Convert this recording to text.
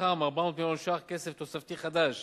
מתוכם כ-400 מיליון שקלים כסף תוספתי חדש